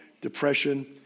depression